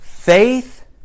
faith